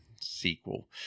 sequel